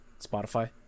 Spotify